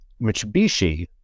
Mitsubishi